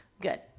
Good